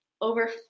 over